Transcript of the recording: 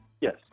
Yes